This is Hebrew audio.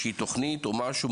תוכנית או משהו,